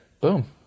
boom